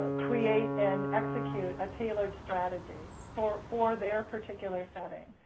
create and execute a tailored strategy for for their particular setting.